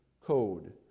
code